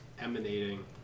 emanating